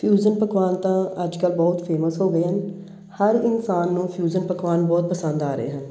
fusion ਪਕਵਾਨ ਤਾਂ ਅੱਜ ਕੱਲ੍ਹ ਬਹੁਤ ਫੇਮਸ ਹੋ ਗਏ ਹਨ ਹਰ ਇਨਸਾਨ ਨੂੰ ਫਿਊਜ਼ਨ ਪਕਵਾਨ ਬਹੁਤ ਪਸੰਦ ਆ ਰਹੇ ਹਨ